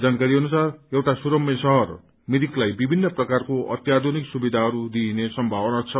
जानकारी अनुसार एउटा सुरम्य शहर मिरिकलाई विभिन्न प्रकारको अत्याधुनिक सुविधाहरू दिइने सम्भाववना छ